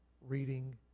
reading